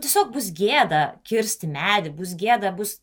tiesiog bus gėda kirsti medį bus gėda bus